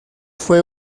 fue